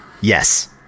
Yes